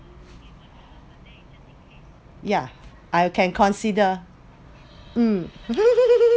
yeah I can consider um